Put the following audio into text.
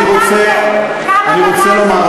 אני רוצה, כמה בדקתם?